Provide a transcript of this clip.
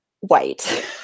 white